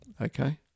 okay